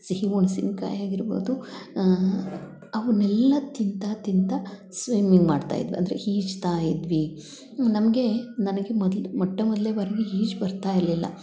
ಸಿಹಿ ಹುಣ್ಸಿನ ಕಾಯಿ ಆಗಿರ್ಬೋದು ಅವನ್ನೆಲ್ಲ ತಿನ್ತ ತಿನ್ತ ಸ್ವಿಮಿಂಗ್ ಮಾಡ್ತಾ ಇದ್ವಿ ಅಂದರೆ ಈಜ್ತಾ ಇದ್ವಿ ನಮಗೆ ನನಗೆ ಮೊದ್ಲು ಮೊಟ್ಟ ಮೊದಲನೆ ಬಾರಿಗೆ ಈಜ್ ಬರ್ತ ಇರಲಿಲ್ಲ